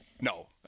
no